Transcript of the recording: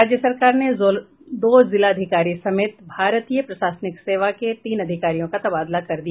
राज्य सरकार ने दो जिलाधिकारी समेत भारतीय प्रशासनिक सेवा के तीन अधिकारियों का तबादला कर दिया